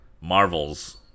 Marvel's